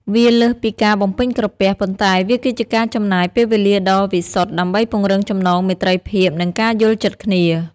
វាលើសពីការបំពេញក្រពះ ប៉ុន្តែវាគឺជាការចំណាយពេលវេលាដ៏វិសុទ្ធដើម្បីពង្រឹងចំណងមេត្រីភាព និងការយល់ចិត្តគ្នា។